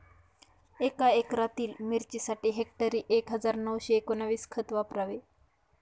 एका एकरातील मिरचीसाठी हेक्टरी एक हजार नऊशे एकोणवीस खत वापरावे